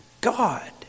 God